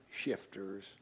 shifters